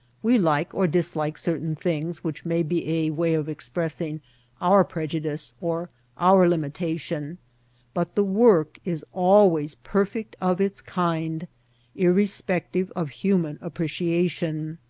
we like or dislike certain things which may be a way of expressing our prejudice or our limitation but the work is always per fect of its kind irrespective of human appreci ation.